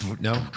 No